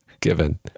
given